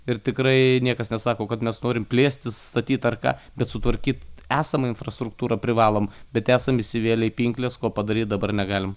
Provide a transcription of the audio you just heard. ir tikrai niekas nesako kad mes norim plėstis statyt ar ką bet sutvarkyt esamą infrastruktūrą privalom bet esam įsivėlę į pinkles ko padaryt dabar negalim